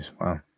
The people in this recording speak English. Wow